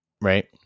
Right